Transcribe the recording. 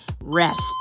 rest